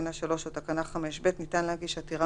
תקנה 3 או תקנה 5(ב) ניתן להגיש עתירה